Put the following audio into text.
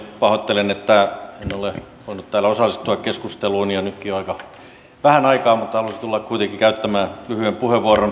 pahoittelen että en ole voinut täällä osallistua keskusteluun ja nytkin on aika vähän aikaa mutta halusin tulla kuitenkin käyttämään lyhyen puheenvuoron